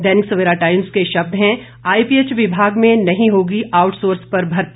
दैनिक Savera Times के शब्द हैं आईपीएच विभाग में नहीं होगी आउटसोर्स पर भर्ती